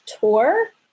tour